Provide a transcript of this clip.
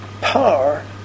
power